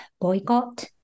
boycott